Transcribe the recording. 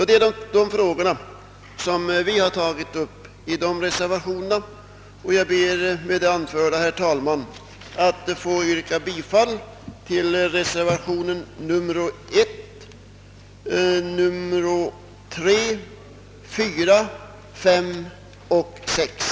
Det är dessa frågor vi tagit upp i reservationerna 1, 3, 5 och 6 som jag, herr talman, med det anförda ber att få yrka bifall till.